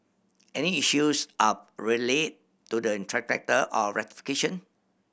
any issues are relayed to the or rectification